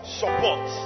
support